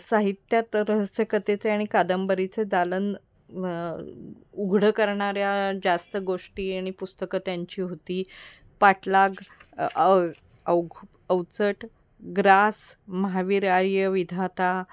साहित्यात रहस्यकथेचे आणि कादंबरीचे दालन उघडं करणाऱ्या जास्त गोष्टी आणि पुस्तकं त्यांची होती पाठलाग अव अवघ अवचट ग्रास महाविराय विधाता